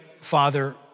Father